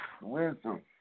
wisdom